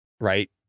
Right